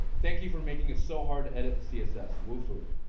thank you for making it so hard to edit the css. wufoo.